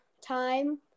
time